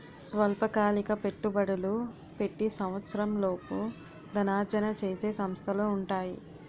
స్వల్పకాలిక పెట్టుబడులు పెట్టి సంవత్సరంలోపు ధనార్జన చేసే సంస్థలు ఉంటాయి